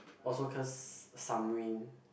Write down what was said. also cause some wind